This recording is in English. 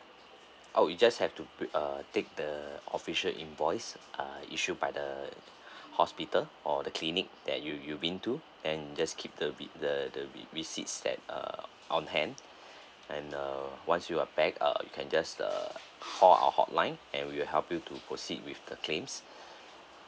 oh you just have to pre~ uh take the official invoice uh issued by the hospital or the clinic that you you've been to and just keep the re~ the the receipt that's uh on hand and uh once you are backed uh you can just uh call our hotline and we will help you to proceed with the claims